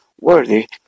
worthy